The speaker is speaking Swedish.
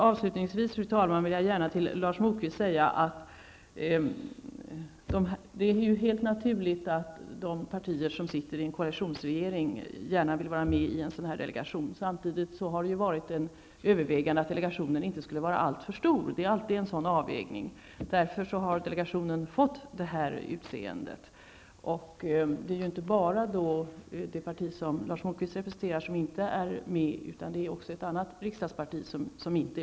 Avslutningsvis, fru talman, vill jag gärna till Lars Moquist säga att det är helt naturligt att de partier som ingår i en koalitionsregering vill vara med i en sådan delegation. Samtidigt har det gjorts överväganden om att delegationen inte skall bli alltför stor. Sådana avvägningar måste alltid göras. Därför har delegationen fått det utseende den har. Det är inte bara det parti som Lars Moquist representerar som inte är med utan också ett annat riksdagsparti.